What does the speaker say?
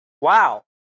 wow